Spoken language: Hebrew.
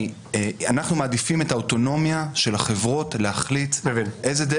אנחנו מעדיפים את האוטונומיה של החברות להחליט איזה,